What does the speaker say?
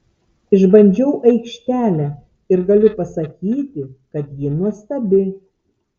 išbandžiau aikštelę ir galiu pasakyti kad ji nuostabi